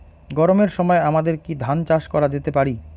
গরমের সময় আমাদের কি ধান চাষ করা যেতে পারি?